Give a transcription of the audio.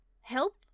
help